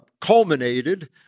culminated